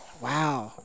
Wow